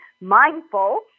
mindful